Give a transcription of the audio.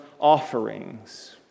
offerings